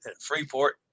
Freeport